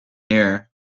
near